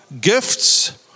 gifts